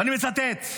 ואני מצטט: